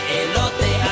elote